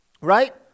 right